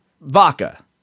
vodka